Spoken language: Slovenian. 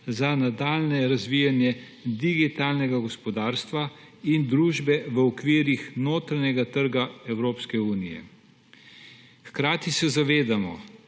za nadaljnje razvijanje digitalnegagospodarstva in družbe v okvirih notranjega trga Evropske unije. Hkrati se zavedamo